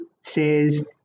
says